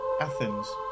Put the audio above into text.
Athens